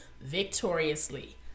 victoriously